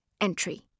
entry